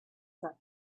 that